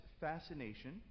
fascination